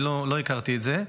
אני לא הכרתי את זה.